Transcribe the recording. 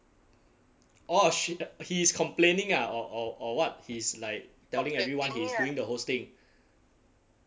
orh sh~ he is complaining ah or or or what he's like telling everyone he is doing the hosting